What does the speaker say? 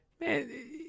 Man